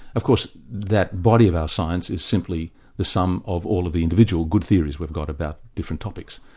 of course that body of our science is simply the sum of all of the individual good theories we've got about different topics.